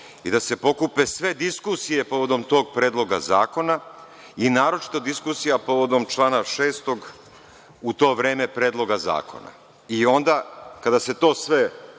i da se pokupe sve diskusije povodom tog predloga zakona i naročito diskusija povodom člana 6. u to vreme predloga zakona. Onda kada se to sve